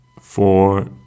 four